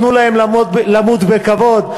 תנו להם למות בכבוד.